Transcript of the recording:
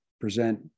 present